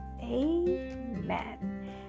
Amen